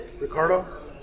ricardo